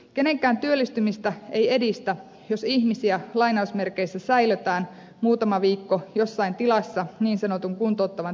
kenenkään työllistymistä ei edistä jos ihmisiä säilötään muutama viikko jossain tilassa niin sanotun kuntouttavan työtoiminnan nimissä